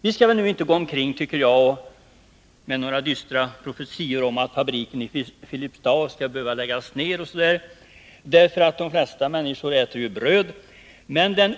Vi skall nu inte gå omkring, tycker jag, med några dystra profetior om att fabriken i Filipstad skall behöva läggas ned, därför att de flesta människor äter ju bröd.